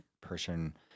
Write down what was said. person